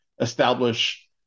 establish